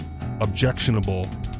objectionable